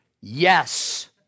Yes